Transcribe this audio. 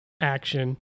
action